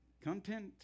content